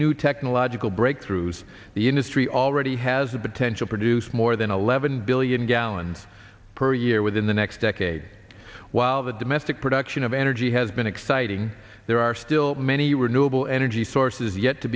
new technological breakthroughs the industry already has the potential produce more than eleven billion gallons per year within the next decade while the domestic production of energy has been exciting there are still many were noble energy sources yet to